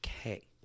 Okay